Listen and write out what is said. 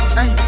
Hey